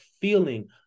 feeling